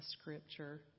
scripture